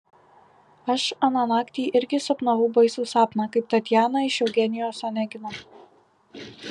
aš aną naktį irgi sapnavau baisų sapną kaip tatjana iš eugenijaus onegino